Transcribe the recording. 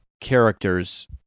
characters